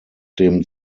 dem